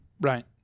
Right